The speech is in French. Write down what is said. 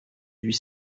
huit